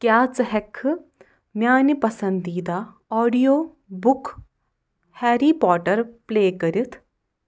کیٛاہ ژٕ ہیککھٕ میٛانہِ پسندیٖداہ آڈیو بُک ہیری پوٹر پُلے کٔرِتھ